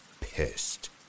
pissed